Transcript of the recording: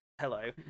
Hello